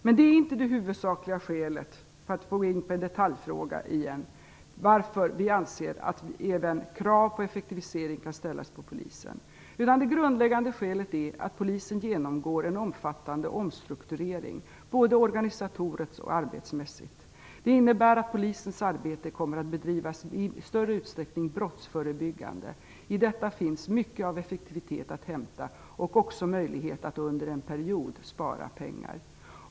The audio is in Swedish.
Men det är inte det huvudsakliga skälet, för att återigen komma in på en detaljfråga, till att vi anser att krav på effektivisering kan ställas även på polisen, utan den grundläggande anledningen är att polisen genomgår en omfattande omstrukturering, både organisatoriskt och arbetsmässigt. Det innebär att polisens arbete i större utsträckning kommer att bedrivas brottsförebyggande. I detta finns mycket av effektivitet att hämta och också möjlighet att under en period spara pengar.